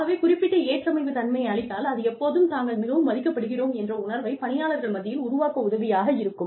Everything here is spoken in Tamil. ஆகவே குறிப்பிட்ட ஏற்பமைவு தன்மையை அளித்தால் அது எப்போதும் தாங்கள் மிகவும் மதிக்கப்படுகிறோம் என்ற உணர்வை பணியாளர்கள் மத்தியில் உருவாக்க உதவியாக இருக்கும்